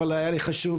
אבל היה לי חשוב,